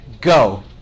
go